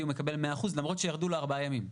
הוא מקבל 100% למרות שירדו לו ארבעה ימים.